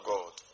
God